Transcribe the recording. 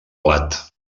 plat